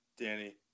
Danny